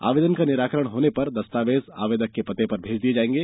आवेदन का निराकरण होने पर दस्तावेज आवेदक के पते पर भेज दिए जायेंगे